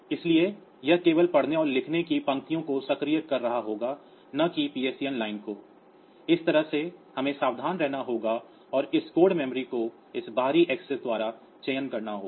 इसलिए यह केवल पढ़ने और लिखने की पंक्तियों को सक्रिय कर रहा होगा न कि PSEN लाइन को इस तरह से हमें सावधान रहना होगा और इस कोड मेमोरी को इस बाहरी एक्सेस द्वारा चयन करना होगा